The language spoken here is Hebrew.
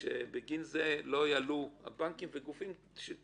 שבגין זה לא יעלו הבנקים וגופים בשוק